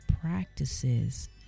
practices